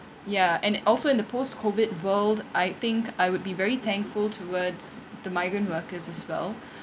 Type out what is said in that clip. ya and uh also in the post COVID world I think I would be very thankful towards the migrant workers as well